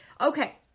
Okay